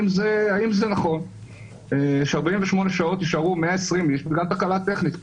האם זה נכון ש-48 שעות יישארו 120 איש בגלל תקלה טכנית.